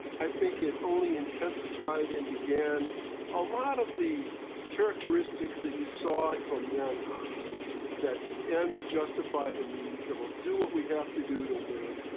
i think it only intensified and began a lot of the characteristics that you saw from then on ah that the ends justify the means, that we'll do what we have to do to win,